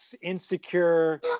insecure